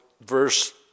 verse